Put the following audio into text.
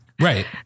Right